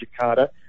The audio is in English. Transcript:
Jakarta